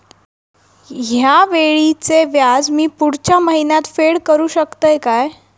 हया वेळीचे व्याज मी पुढच्या महिन्यात फेड करू शकतय काय?